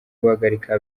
guhagarika